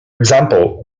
example